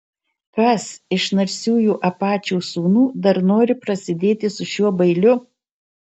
kas iš narsiųjų apačių sūnų dar nori prasidėti su šiuo bailiu